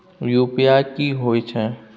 UPI की होय छै?